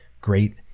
great